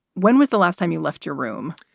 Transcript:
when was the last time you left your room?